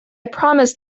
promised